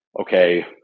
Okay